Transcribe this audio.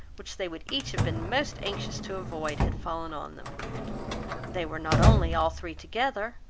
which they would each have been most anxious to avoid, had fallen on them they were not only all three together,